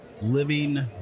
living